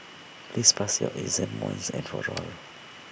please pass your exam once and for all